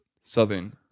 southern